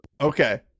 Okay